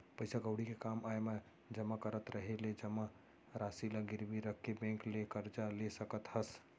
पइसा कउड़ी के काम आय म जमा करत रहें ले जमा रासि ल गिरवी रख के बेंक ले करजा ले सकत हस